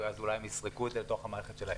שם אולי הם יסרקו את זה לתוך המערכת שלהם.